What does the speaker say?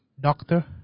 doctor